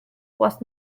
was